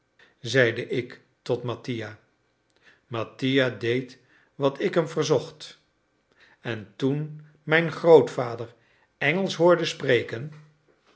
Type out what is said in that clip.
zeide ik tot mattia mattia deed wat ik hem verzocht en toen mijn grootvader engelsch hoorde spreken